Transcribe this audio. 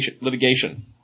litigation